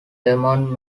lemon